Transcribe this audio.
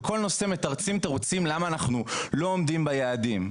כאשר בכל נושא מתרצים תירוצים למה אנחנו לא עומדים ביעדים.